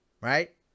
Right